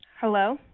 Hello